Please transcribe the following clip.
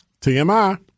TMI